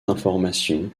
informations